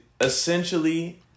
essentially